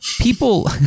people